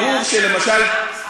אל תלמדי אותי כמה.